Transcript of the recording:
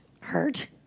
hurt